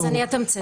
אני אצמצם.